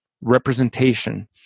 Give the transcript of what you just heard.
representation